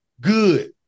good